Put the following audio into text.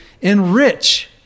enrich